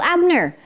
Abner